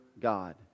God